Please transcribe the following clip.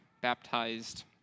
baptized